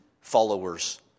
followers